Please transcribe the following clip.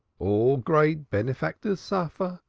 all great benefactors suffer.